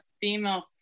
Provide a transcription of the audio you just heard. female